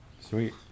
Sweet